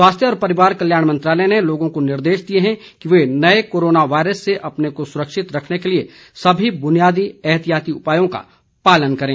स्वास्थ्य और परिवार कल्याण मंत्रालय ने लोगों को निर्देश दिया है कि वे नये कोरोना वायरस से अपने को सुरक्षित रखने के लिए सभी बुनियादी एहतियाती उपायों का पालन करें